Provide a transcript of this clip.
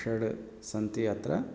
षड् सन्ति अत्र